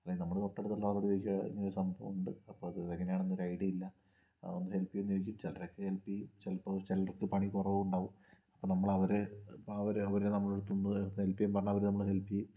അല്ലെ നമ്മള് തൊട്ടടുത്തുള്ള ആളോട് ചോദിക്ക്യാ ഇങ്ങനെയൊരു സംഭവം ഉണ്ട് അപ്പോൾ അതെങ്ങനെയാണെന്നൊര് ഐഡിയയില്ല ആ ഒന്ന് ഹെൽപ്പ് ചെയ്യോന്ന് ചോദിച്ചാൽ ചിലരൊക്കെ ഹെൽപ് ചെയ്യും ചിലപ്പോൾ ചിലവർക്ക് പണി കുറവും ഉണ്ടാകും അപ്പോൾ നമ്മളവരെ അവരെ അവരെ നമ്മളെ കൂടുതൽ ഹെൽപ് ചെയ്യാൻ പറഞ്ഞാൽ ഹെല്പ് ചെയ്യും